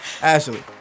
Ashley